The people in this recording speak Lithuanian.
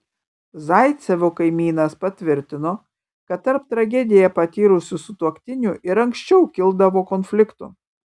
zaicevų kaimynas patvirtino kad tarp tragediją patyrusių sutuoktinių ir anksčiau kildavo konfliktų